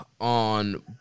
on